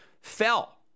fell